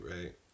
right